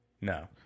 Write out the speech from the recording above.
No